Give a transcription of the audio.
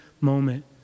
moment